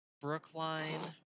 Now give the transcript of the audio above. Brookline